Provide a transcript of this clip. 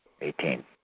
eighteen